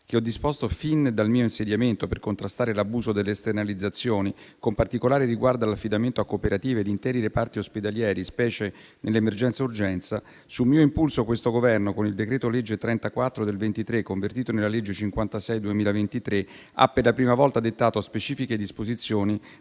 che ho disposto fin dal mio insediamento per contrastare l'abuso delle esternalizzazioni, con particolare riguardo all'affidamento a cooperative di interi reparti ospedalieri, specie nell'emergenza urgenza, su mio impulso questo Governo, con il decreto-legge n. 34 del 2023, convertito nella legge n. 56 del 2023, ha per la prima volta dettato specifiche disposizioni